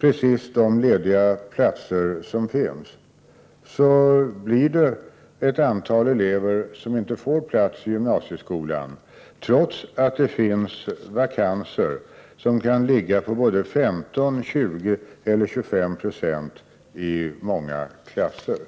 precis de lediga platser som finns, blir det ett antal elever som inte får plats i gymnasieskolan, trots att det i många klasser kan finnas vakanser som kan ligga på 15, 20 eller 25 90.